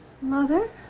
Mother